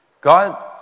God